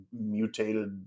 mutated